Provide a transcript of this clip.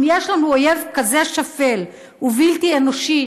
אם יש לנו אויב כזה שפל ובלתי אנושי,